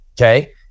okay